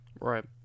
Right